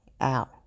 out